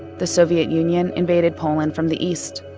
the soviet union invaded poland from the east.